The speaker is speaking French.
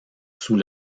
sous